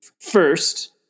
first